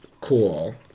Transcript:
cool